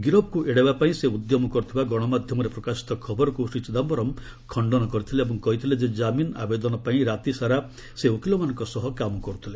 ଗିରଫ୍କୁ ଏଡେଇବା ପାଇଁ ସେ ଉଦ୍ୟମ କରୁଥିବା ଗଣମାଧ୍ୟମରେ ପ୍ରକାଶିତ ଖବରକୁ ଶ୍ରୀ ଚିଦାୟରମ୍ ଖଣ୍ଡନ କରିଥିଲେ ଏବଂ କହିଥିଲେ ଯେ ଜାମିନ୍ ଆବେଦନ ପାଇଁ ରାତିସାରା ସେ ଓକିଲମାନଙ୍କ ସହ କାମ କରୁଥିଲେ